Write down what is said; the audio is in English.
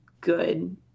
good